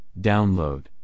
download